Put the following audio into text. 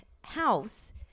house